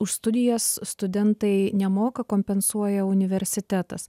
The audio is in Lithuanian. už studijas studentai nemoka kompensuoja universitetas